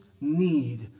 need